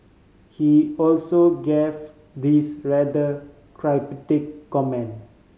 he also gave this rather cryptic comment